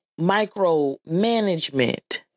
micromanagement